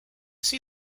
see